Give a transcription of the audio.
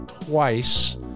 twice